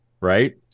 Right